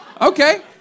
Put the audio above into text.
okay